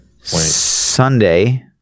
Sunday